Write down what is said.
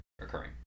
occurring